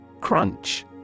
Crunch